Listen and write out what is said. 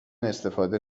استفاده